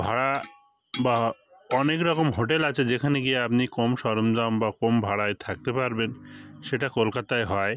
ভাড়া বা অনেক রকম হোটেল আছে যেখানে গিয়ে আপনি কম সরঞ্জাম বা কম ভাড়ায় থাকতে পারবেন সেটা কলকাতায় হয়